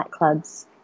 nightclubs